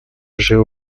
живо